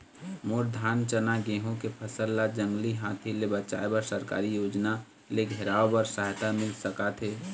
मोर धान चना गेहूं के फसल ला जंगली हाथी ले बचाए बर सरकारी योजना ले घेराओ बर सहायता मिल सका थे?